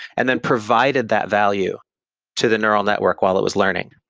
and then provided that value to the neural network while it was learning.